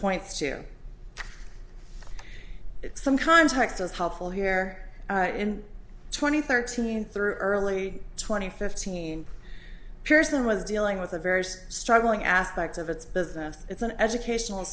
points to it some context is helpful here in twenty thirteen through early twenty fifteen pearson was dealing with the various struggling aspects of its business its an educational